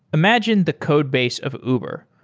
imagine the codebase of uber.